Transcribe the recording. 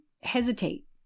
hesitate